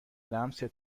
لمست